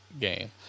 game